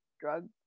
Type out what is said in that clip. drugs